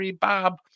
Bob